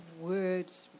words